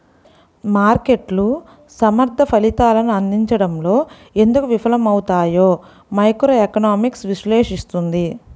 మార్కెట్లు సమర్థ ఫలితాలను అందించడంలో ఎందుకు విఫలమవుతాయో మైక్రోఎకనామిక్స్ విశ్లేషిస్తుంది